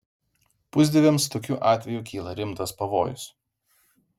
pusdieviams tokiu atveju kyla rimtas pavojus